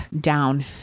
down